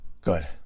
good